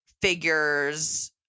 figures